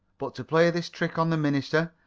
but to play this trick on the minister,